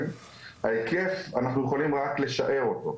אנחנו יכולים רק לשער את ההיקף,